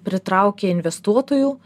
pritraukė investuotojų